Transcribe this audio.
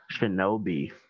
Shinobi